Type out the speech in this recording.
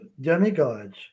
demigods